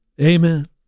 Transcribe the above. Amen